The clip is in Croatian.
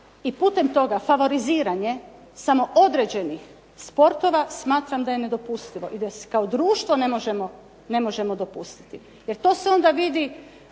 i putem toga favoriziranje samo određenih sportova smatram da je nedopustivo i da kao društvo ne možemo dopustiti. Jer to se onda vidi